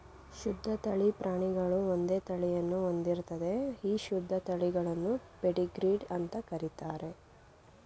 ಶುದ್ಧ ತಳಿ ಪ್ರಾಣಿಗಳು ಒಂದೇ ತಳಿಯನ್ನು ಹೊಂದಿರ್ತದೆ ಈ ಶುದ್ಧ ತಳಿಗಳನ್ನು ಪೆಡಿಗ್ರೀಡ್ ಅಂತ ಕರೀತಾರೆ